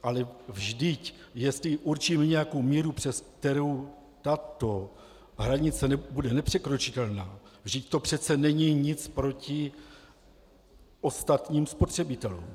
Ale vždyť jestli určíme nějakou míru, přes kterou tato hranice bude nepřekročitelná, to přece není nic proti ostatním spotřebitelům.